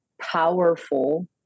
powerful